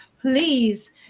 Please